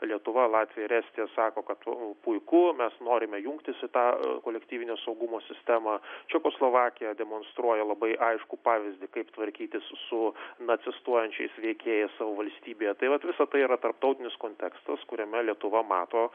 lietuva latvija ir estija sako kad puiku mes norime jungtis į tą kolektyvinio saugumo sistemą čekoslovakija demonstruoja labai aiškų pavyzdį kaip tvarkytis su nacistuojančiais veikėjais savo valstybėje tai vat visa tai yra tarptautinis kontekstas kuriame lietuva mato